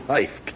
Life